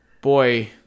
Boy